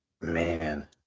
Man